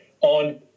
on